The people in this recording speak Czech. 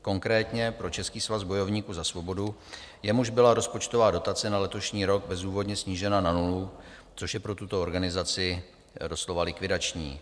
Konkrétně pro Český svaz bojovníků za svobodu, jemuž byla rozpočtová dotace na letošní rok bezdůvodně snížena na nulu, což je pro tuto organizaci doslova likvidační.